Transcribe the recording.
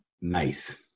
nice